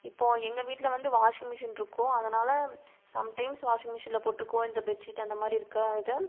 இப்போது எங்கள் வீட்டில் வந்து வாஷிங் மிஷின் இருக்கும் அதனால் சம் டைம்ஸ் வாஷிங் மிஷினில் போட்டுக்குவோம் இந்த பெட் ஷீட் அந்த மாதிரி இருக்க இதை